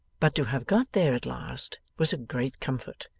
but to have got there at last was a great comfort,